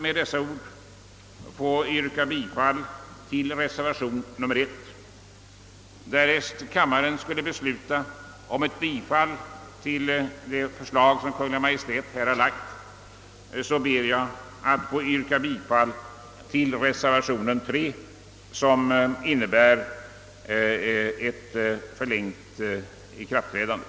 Med dessa ord ber jag att få yrka bifall till reservation I. Därest kammaren bifaller Kungl. Maj:ts förslag, ber jag att få yrka bifall till reservation III, vari föreslås att ikraftträdandet uppskjutes.